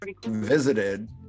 visited